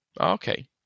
okay